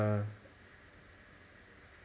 uh